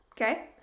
okay